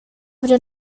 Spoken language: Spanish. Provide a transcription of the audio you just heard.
abrió